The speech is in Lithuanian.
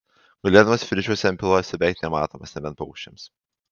gulėdamas viržiuose ant pilvo esi beveik nematomas nebent paukščiams